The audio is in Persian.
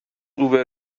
اوبر